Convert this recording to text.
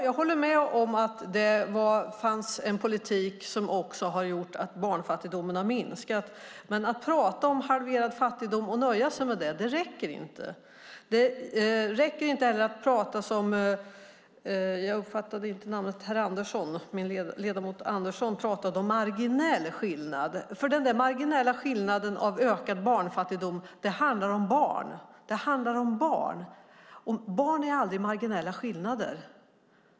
Jag håller med om att det fanns en politik som också har gjort att barnfattigdomen har minskat, men att prata om halverad fattigdom och nöja sig med det räcker inte. Det räcker inte heller att som ledamot Andersson tala om marginell skillnad. Den där marginella skillnaden i ökad barnfattigdom handlar nämligen om barn. Det handlar om barn, och barn är aldrig marginella skillnader.